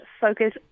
focus